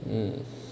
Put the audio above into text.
um